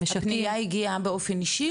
במשקים -- הפנייה הגיעה באופן אישי,